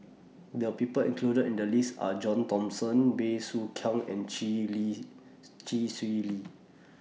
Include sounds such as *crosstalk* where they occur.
The People included in The list Are John Thomson Bey Soo Khiang and Chee Lee *noise* Chee Swee Lee